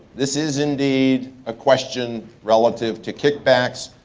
this is indeed a question relative to kickbacks.